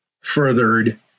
furthered